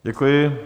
Děkuji.